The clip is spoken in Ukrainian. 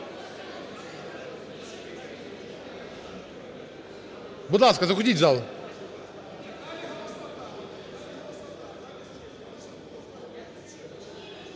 Будь ласка, заходьте в зал.